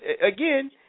again